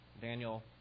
Daniel